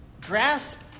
grasp